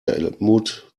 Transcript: helmut